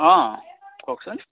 অ' কওকচোন